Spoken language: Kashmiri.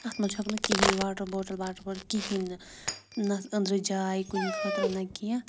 اَکھ منٛز ہیوٚک نہٕ واٹَر بوٹَل باٹَر بوٹَل کِہیٖنۍ نہٕ نہ اَتھ أنٛدرٕ جاے کُنہِ خٲطرٕ نہ کینٛہہ